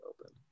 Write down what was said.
Open